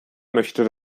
möchte